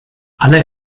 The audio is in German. alle